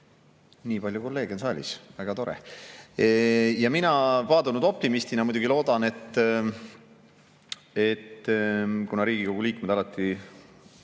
Nii palju kolleege on saalis, väga tore! Mina paadunud optimistina muidugi loodan, et kuna Riigikogu liikmed